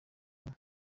umwe